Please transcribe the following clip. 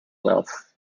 wealth